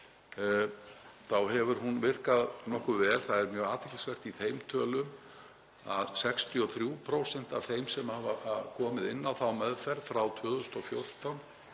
þá hefur hún virkað nokkuð vel. Það er mjög athyglisvert í þeim tölum að 63% af þeim sem hafa komið inn í þá meðferð frá 2014